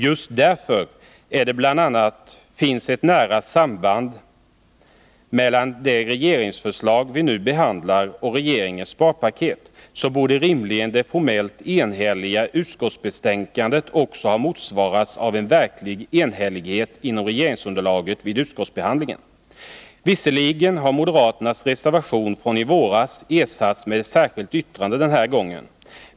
Just därför att det bl.a. finns ett nära samband mellan det regeringsförslag vi nu behandlar och regeringens sparpaket så borde rimligen det formellt enhälliga utskottsbetänkandet också ha motsvarats av en verklig enhällighet inom regeringsunderlaget vid utskottsbehandlingen. Visserligen har moderaternas reservation från i våras ersatts med ett särskilt yttrande den här gången.